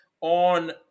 on